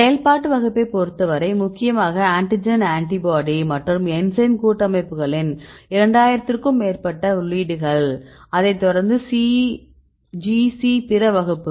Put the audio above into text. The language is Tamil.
செயல்பாட்டு வகுப்பைப் பொறுத்தவரை முக்கியமாக ஆன்டிஜென் ஆன்டிபாடி மற்றும் என்சைம் கூட்டமைப்புகளின் 2000 க்கும் மேற்பட்ட உள்ளீடுகள் அதை தொடர்ந்து GC பிற வகுப்புகள்